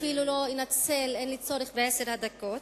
ואין לי צורך אפילו בעשר הדקות.